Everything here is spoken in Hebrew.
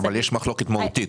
אבל יש מחלוקת מהותית.